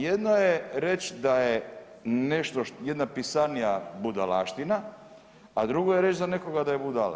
Jedno je reći da je nešto jedna pisanija budalaština, a drugo je reći za nekoga da je budala.